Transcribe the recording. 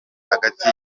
hagati